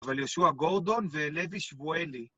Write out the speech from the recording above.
אבל יהושוע גורדון ולוי שמואלי.